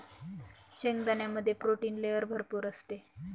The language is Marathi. शेंगदाण्यामध्ये प्रोटीन लेयर भरपूर असते